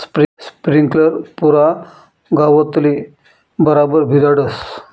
sprinkler पुरा गावतले बराबर भिजाडस